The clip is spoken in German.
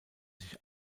sich